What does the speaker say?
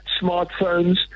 smartphones